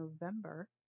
November